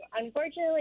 unfortunately